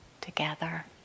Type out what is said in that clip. together